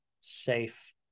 safe